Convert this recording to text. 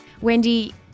Wendy